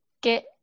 get